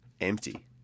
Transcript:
empty